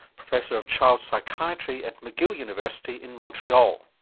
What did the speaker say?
professor of child psychiatry at mcgill university in montreal.